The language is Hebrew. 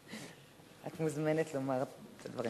את מוזמנת לומר את הדברים.